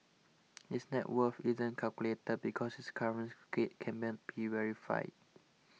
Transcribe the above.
his net worth isn't calculated because his current K be verified